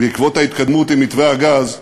בעקבות ההתקדמות עם מתווה הגז,